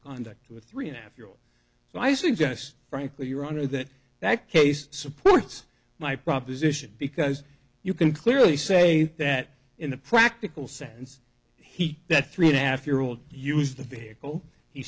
conduct with three and a half year old so i suggest frankly your honor that that case supports my proposition because you can clearly say that in a practical sense he that three and a half year old used the vehicle he